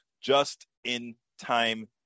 just-in-time